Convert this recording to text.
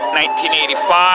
1985